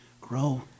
grow